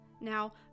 Now